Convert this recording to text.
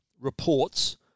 reports